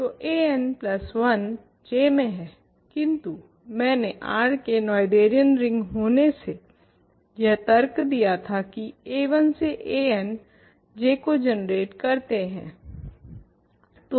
तो an plus 1 J में है किन्तु मैंने R के नोएथेरियन रिंग होने से यह तर्क दिया था की a1 से an J को जनरेट करते हैं